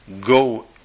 go